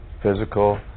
physical